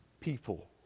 people